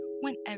whenever